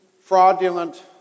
fraudulent